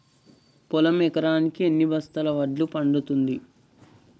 పొలం ఎకరాకి ఎన్ని బస్తాల వడ్లు పండుతుంది?